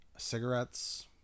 cigarettes